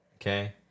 Okay